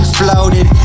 floated